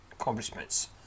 accomplishments